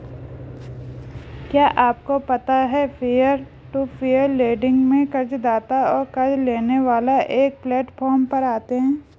क्या आपको पता है पीयर टू पीयर लेंडिंग में कर्ज़दाता और क़र्ज़ लेने वाला एक प्लैटफॉर्म पर आते है?